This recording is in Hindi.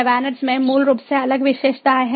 VANET में मूल रूप से अलग विशेषताएं हैं